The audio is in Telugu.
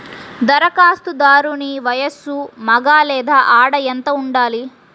ధరఖాస్తుదారుని వయస్సు మగ లేదా ఆడ ఎంత ఉండాలి?